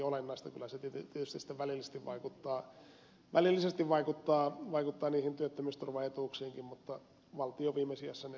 kyllä se tietysti sitten välillisesti vaikuttaa niihin työttömyysturvaetuuksiinkin mutta valtio viime sijassa ne toki takaa